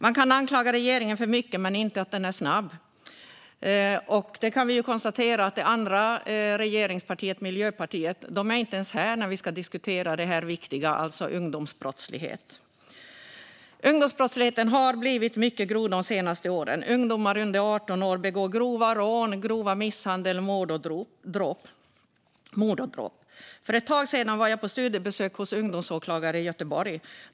Man kan anklaga regeringen för mycket, men inte för att vara snabb! Vi kan också konstatera att det andra regeringspartiet, Miljöpartiet, inte ens är här när vi ska diskutera denna viktiga fråga, ungdomsbrottslighet. Ungdomsbrottsligheten har blivit mycket grov de senaste åren. Ungdomar under 18 år begår grova rån, grov misshandel, mord och dråp. För ett tag sedan var jag på studiebesök hos ungdomsåklagare i Göteborg.